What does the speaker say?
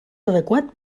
adequat